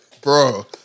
bro